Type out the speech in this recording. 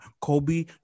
Kobe